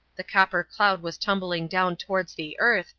the copper cloud was tumbling down towards the earth,